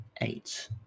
eight